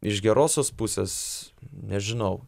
iš gerosios pusės nežinau